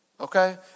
okay